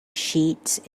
cheats